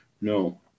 No